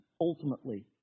ultimately